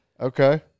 Okay